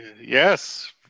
Yes